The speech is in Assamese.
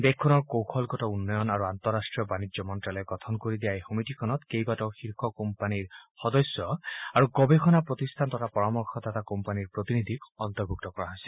দেশখনৰ কৌশলগত উন্নয়ন আৰু আন্তঃৰাষ্টীয় বানিজ্য মন্ত্যালয়ে গঠন কৰি দিয়া এই সমিতিখনত কেইবাটাও শীৰ্ষ কোম্পানীৰ সদস্য আৰু গৱেষণা প্ৰতিষ্ঠান তথা পৰামৰ্শ দাতা কোম্পানীৰ প্ৰতিনিধিক অন্তৰ্ভূক্ত কৰিছে